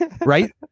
Right